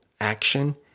action